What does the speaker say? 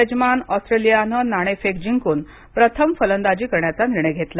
यजमान ऑस्ट्रेलियानं नाणेफेक जिंकून प्रथम फलंदाजी करण्याचा निर्णय घेतला